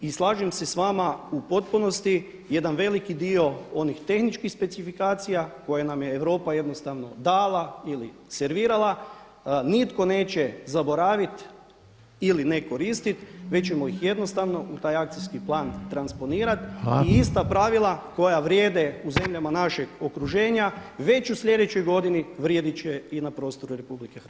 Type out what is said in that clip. I slažem sa vama u potpunosti jedan veliki dio onih tehničkih specifikacija koje nam je Europa jednostavno dala ili servirala nitko neće zaboravit ili ne koristit već ćemo ih jednostavno u taj akcijski plan transponirati i ista pravila [[Upadica Reiner: Hvala.]] koja vrijede u zemljama našeg okruženja već u sljedećoj godini vrijedit će i na prostoru RH.